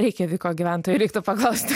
reikjaviko gyventojų reiktų paklausti